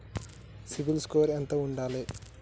CIBIL score ఎంత ఉండాలే?